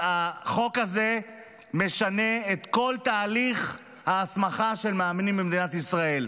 החוק הזה משנה את כל תהליך ההסמכה של מאמנים במדינת ישראל.